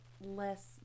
less